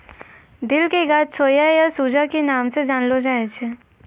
दिल के गाछ सोया या सूजा के नाम स जानलो जाय छै